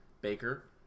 Baker